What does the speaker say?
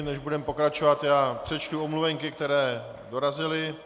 Než budeme pokračovat, přečtu omluvenky, které dorazily.